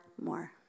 more